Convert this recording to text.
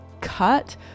cut